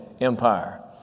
Empire